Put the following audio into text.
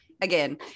again